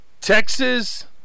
texas